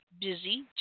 Busy